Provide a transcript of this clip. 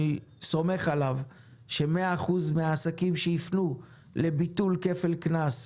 אני סומך עליו ש-100% מהעסקים שיפנו לביטול כפל קנס,